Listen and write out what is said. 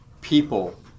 people